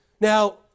Now